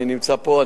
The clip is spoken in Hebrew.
אני נמצא פה,